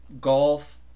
golf